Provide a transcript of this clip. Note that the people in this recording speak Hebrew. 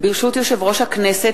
ברשות יושב-ראש הכנסת,